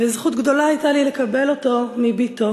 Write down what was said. וזכות גדולה הייתה לי לקבל אותו מבתו,